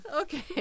Okay